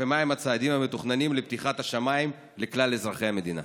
2. מהם הצעדים המתוכננים לפתיחת השמיים לכלל אזרחי המדינה?